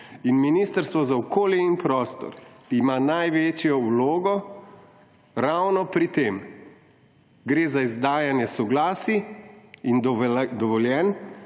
in Ministrstvo za okolje in prostor ima največjo vlogo ravno pri tem. Gre za izdajanje soglasij in dovoljenj,